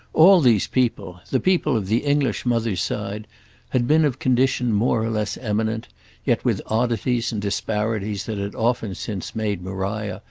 all these people the people of the english mother's side had been of condition more or less eminent yet with oddities and disparities that had often since made maria,